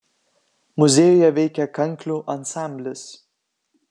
muziejuje veikia kanklių ansamblis